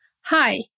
Hi